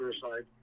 suicide